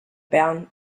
bern